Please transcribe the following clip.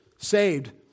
Saved